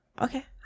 Okay